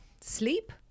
Sleep